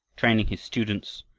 training his students,